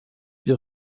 wir